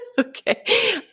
okay